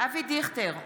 אבי דיכטר,